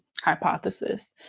hypothesis